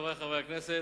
חברי חברי הכנסת,